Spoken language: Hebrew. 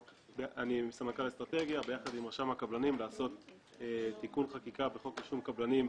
ביחד עם רשם הקבלנים כוונה לעשות תיקון בחקיקה בחוק רישום קבלנים.